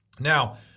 Now